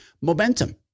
Momentum